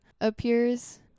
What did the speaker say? appears